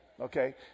Okay